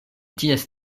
ties